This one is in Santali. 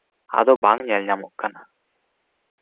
ᱟᱫᱚ ᱵᱟᱝ ᱧᱮᱞ ᱧᱟᱢᱚᱜ ᱠᱟᱱᱟ